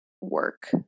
work